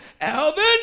Alvin